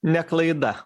ne klaida